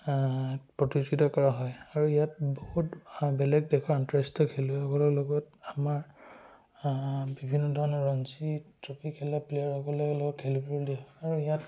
প্ৰতিযোগিতা কৰা হয় আৰু ইয়াত বহুত বেলেগ দেশৰ আন্তঃৰাষ্ট্ৰীয় খেলুৱৈসকলৰ লগত আমাৰ বিভিন্ন ধৰণৰ ৰঞ্জী ট্ৰফি খেলা প্লেয়াৰসকলৰ লগত খেলিবলৈ দিয়া হয় আৰু ইয়াত